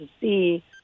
see